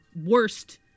worst